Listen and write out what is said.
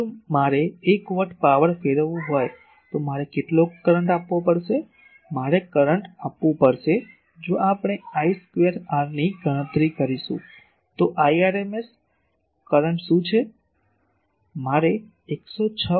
તેથી જો મારે 1 વોટ પાવર ફેરવવું હોય તો મારે કેટલો કરંટ આપવો પડશે મારે કરંટ આપવું પડશે જો આપણે I સ્ક્વેર r ની ગણતરી કરીશું તો rms કરન્ટ શું છે મારે 106